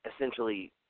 essentially –